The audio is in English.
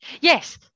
Yes